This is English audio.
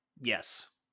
Yes